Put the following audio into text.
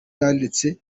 yanditse